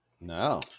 No